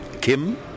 Kim